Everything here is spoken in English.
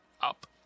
up